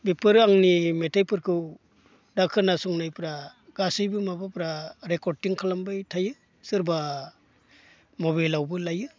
बेफोर आंनि मेथाइफोरखौ दा खोनासंनायफोरा गासैबो माबाफोरा रेकर्डिं खालामबाय थायो सोरबा मबाइलावबो लायो